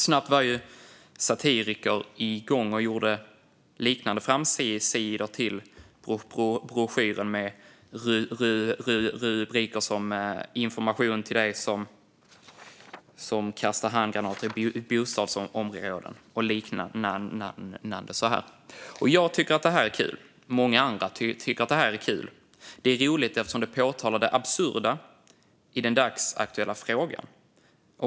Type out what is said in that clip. Snabbt var satiriker igång och gjorde liknande framsidor till broschyrer med olika rubriker, till exempel "Information till dig som kastar handgranater i bostadsområden". Jag tycker att det här exemplet är kul, och många andra tycker att det är kul. Det är roligt eftersom det påvisar det absurda i den dagsaktuella frågan.